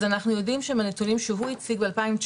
אז אנחנו יודעים שמהנתונים שהוא הציג ב-2019,